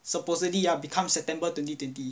supposedly ah become september twenty twenty